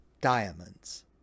diamonds